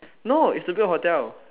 no is to build a hotel